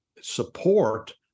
support